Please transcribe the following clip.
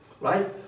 right